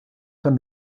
son